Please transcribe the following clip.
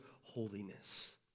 holiness